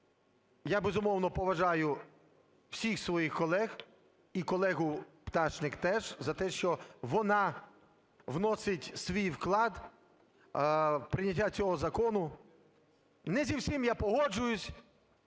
Я, безумовно, поважаю всіх своїх колег і колегу Пташник теж за те, що вона вносить свій вклад в прийняття цього закону, не зі всім я погоджуюсь,